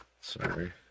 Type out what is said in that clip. Sorry